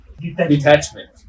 detachment